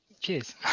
cheers